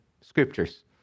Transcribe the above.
scriptures